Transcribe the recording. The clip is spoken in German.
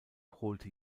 holte